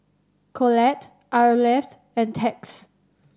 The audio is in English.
Colette Arleth and Tex